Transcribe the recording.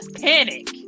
panic